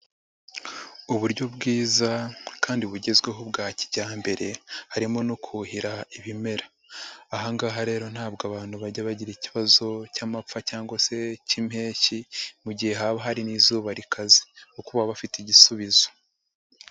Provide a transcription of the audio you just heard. Uburyo bwiza kandi bugezweho bwa kijyambere harimo no kuhira ibimera, aha ngaha rero ntabwo abantu bajya bagira ikibazo cy'amapfa cyangwa se k'impeshyi mu gihe haba hari n'izuba rikaze kuko baba bafite igisubizo.